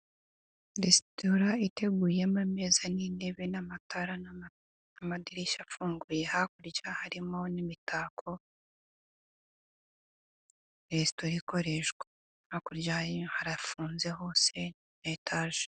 Resitora iteguyemo amezi n'intebe n'amatara n'amadirishya afunguye hakurya harimo n'imitako resitora ikoreshwa hakurya harafunze hose ni etaje.